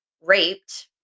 raped